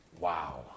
Wow